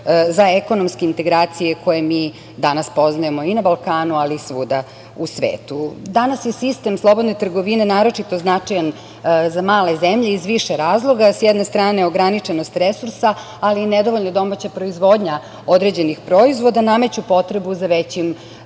za ekonomske integracije koje mi danas poznajemo i na Balkanu, ali i svuda u svetu. Danas je sistem slobodne trgovine naročito značajan za male zemlje iz više razloga. S jedne strane, ograničenost resursa, ali i nedovoljna domaća proizvodnja određenih proizvoda nameću potrebu za većim